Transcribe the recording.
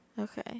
Okay